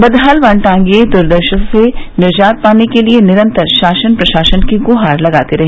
बदहाल वनटांगिए दुर्दशा से निजात पाने के लिए निरंतर शासन प्रशासन की गुहार लगाते रहे